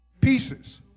pieces